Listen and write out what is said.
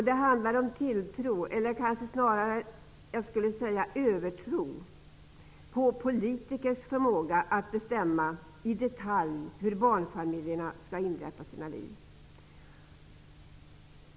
Det handlar om tilltro -- kanske snarare övertro -- till politikers förmåga att i detalj bestämma hur barnfamiljerna skall inrätta sina liv.